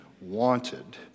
wanted